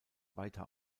weiter